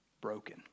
broken